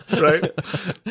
Right